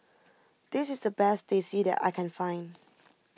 this is the best Teh C that I can find